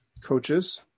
coaches